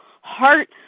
heart